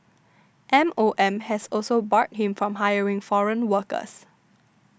M O M has also barred him from hiring foreign workers